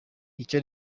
icyo